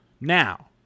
Now